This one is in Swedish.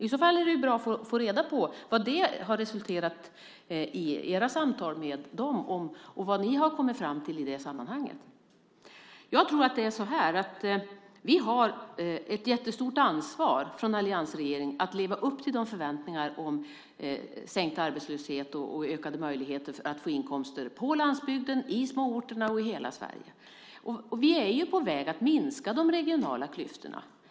I så fall är det ju bra att få reda på vad era samtal med dem har resulterat i och vad ni har kommit fram till i det sammanhanget. Jag tror att det är så att vi har ett jättestort ansvar från alliansregeringen för att leva upp till de förväntningar som finns om sänkt arbetslöshet och ökade möjligheter att få inkomster på landsbygden, i småorterna och i hela Sverige. Och vi är ju på väg att minska de regionala klyftorna.